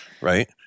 right